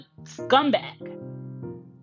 scumbag